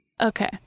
Okay